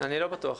אני לא בטוח.